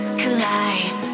collide